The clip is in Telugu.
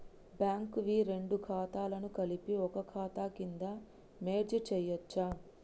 బ్యాంక్ వి రెండు ఖాతాలను కలిపి ఒక ఖాతా కింద మెర్జ్ చేయచ్చా?